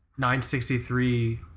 963